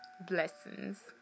Blessings